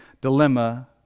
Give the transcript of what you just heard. dilemma